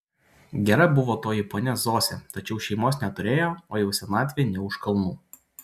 gera buvo toji ponia zosė tačiau šeimos neturėjo o jau senatvė ne už kalnų